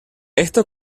esto